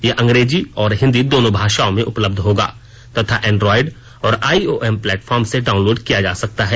ये अंग्रेजी और हिंदी दोनों भाषाओं में उपलब्ध होगा तथा एंड्रॉयड और आईओएस प्लेटफार्म से डाउनलोड के किया जा सकता है